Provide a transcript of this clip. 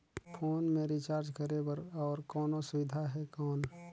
Phone मे recharge करे बर और कोनो सुविधा है कौन?